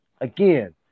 again